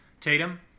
Tatum